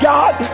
God